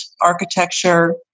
architecture